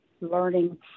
learning